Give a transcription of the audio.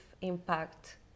impact